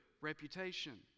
reputation